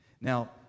now